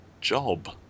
job